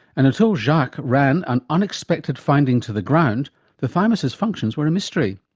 and until jacques ran an unexpected finding to the ground the thymus's functions were a mystery.